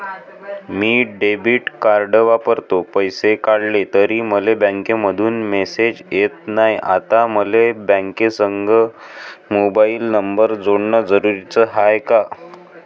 मी debit card वापरतो, पैसे काढले तरी मले बँकेमंधून मेसेज येत नाय, आता मले बँकेसंग मोबाईल नंबर जोडन जरुरीच हाय का?